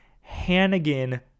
Hannigan